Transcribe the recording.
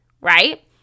right